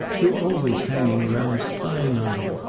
you're always hanging around, spying on me.